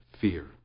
fear